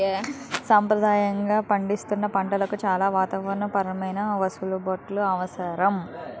సంప్రదాయంగా పండిస్తున్న పంటలకు చాలా వాతావరణ పరమైన వెసులుబాట్లు అవసరం